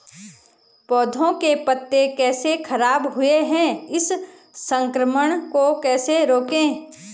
पौधों के पत्ते कैसे खराब हुए हैं इस संक्रमण को कैसे रोकें?